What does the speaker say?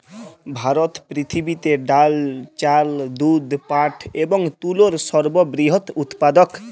ভারত পৃথিবীতে ডাল, চাল, দুধ, পাট এবং তুলোর সর্ববৃহৎ উৎপাদক